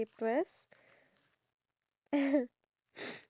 is basically the